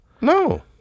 No